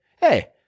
hey